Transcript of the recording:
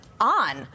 on